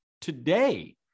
today